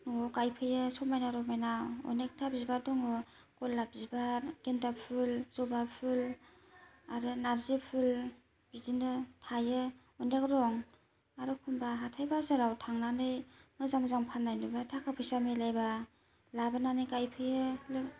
न'आव गायफैयो समायना रमायना अनेकथा बिबार दंङ गलाब बिबार गेन्दा फुल ज'बा फुल आरो नारजि फुल बिदिनो थायो अनेक रंग आर एखमबा हाथाय बाजाराव थांनानै मोजां मोजां फाननाय नुबा थाखा फैसा मिलायबा लाबोनानै गायफैयो